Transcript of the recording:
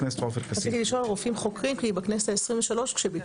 רציתי לשאול על רופאים חוקרים כי בכנסת ה-23 העלינו,